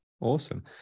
awesome